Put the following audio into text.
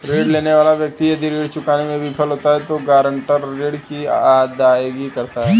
ऋण लेने वाला व्यक्ति यदि ऋण चुकाने में विफल होता है तो गारंटर ऋण की अदायगी करता है